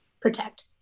protect